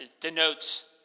denotes